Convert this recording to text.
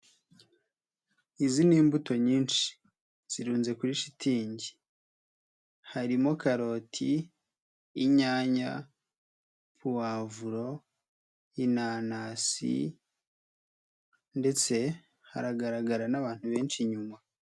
Izi ni imbuto nyinshi zirunze kuri shitingi harimo karoti, inyanya, puwavuro, inanasi ndetse haragaragara n'abantu benshi inyuma.